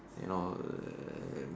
and all